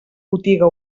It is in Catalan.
botiga